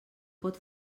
pot